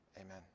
amen